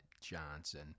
Johnson